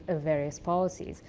ah various policies.